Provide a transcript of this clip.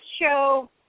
show